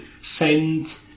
send